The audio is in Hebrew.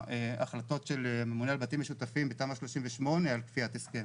החלטות של ממונה על בתים משותפים בתמ"א 38 על כפיית הסכם